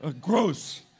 Gross